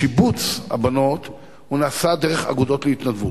שיבוץ הבנות נעשה דרך אגודות ההתנדבות.